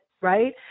Right